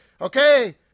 Okay